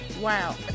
wow